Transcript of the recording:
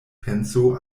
penso